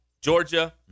Georgia